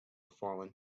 falling